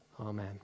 Amen